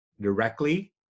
directly